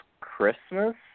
Christmas